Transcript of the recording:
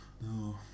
no